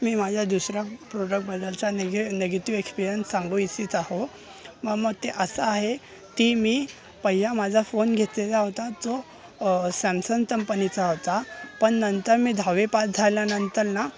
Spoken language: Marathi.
मी माझ्या दुसरा प्रोडक्टबद्दलचा नेगे नेगेटिव एक्सपिरिअन्स सांगू इच्छित आहे मग मग ते असं आहे ती मी पहिला माझा फोन घेतलेला होता तो सॅमसंग तंपनीचा होता पण नंतर मी दहावी पास झाल्यानंतर ना